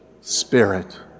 spirit